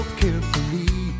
carefully